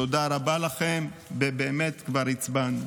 תודה רבה לכם, ובאמת כבר הצבענו.